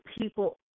people